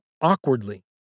awkwardly